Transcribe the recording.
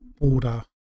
border